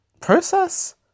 process